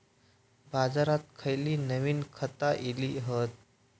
बाजारात खयली नवीन खता इली हत?